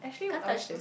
can't touch this